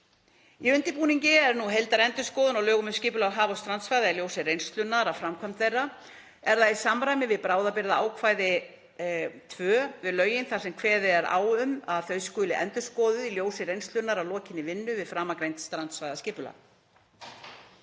Í undirbúningi er nú heildarendurskoðun á lögum um skipulag haf- og strandsvæða í ljósi reynslunnar af framkvæmd þeirra. Er það í samræmi við bráðabirgðaákvæði II við lögin þar sem kveðið er á um að þau skuli endurskoðuð í ljósi reynslunnar að lokinni vinnu við framangreint strandsvæðisskipulag